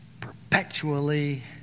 perpetually